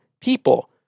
people